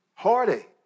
Heartache